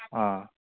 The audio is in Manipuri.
ꯑ